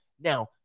Now